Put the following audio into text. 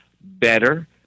better